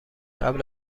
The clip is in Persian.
قبل